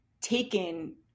taken